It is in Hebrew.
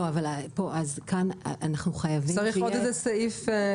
צריך עוד סעיף.